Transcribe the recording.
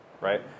right